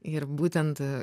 ir būtent